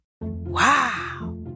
Wow